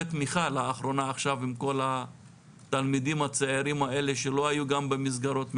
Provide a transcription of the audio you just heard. תמיכה לאחרונה עם כל התלמידים הצעירים האלה שלא היו גם במסגרות ממילא.